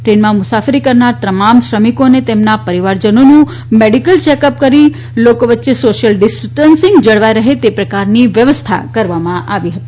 ટ્રેનમાં મુસાફરી કરનાર તમામ શ્રમિકો અને તેના પરિવારજનોનું મેડીકલ ચેકઅપ કરીને લોકો વચ્ચે સોશ્યિલ ડિસ્ટન્સીંગ જળવાઈ રહે તે પ્રકારની વ્યવસ્થા કરવામાં આવી હતી